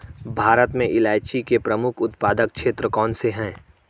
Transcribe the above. भारत में इलायची के प्रमुख उत्पादक क्षेत्र कौन से हैं?